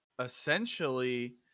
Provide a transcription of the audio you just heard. Essentially